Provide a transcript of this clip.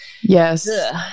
Yes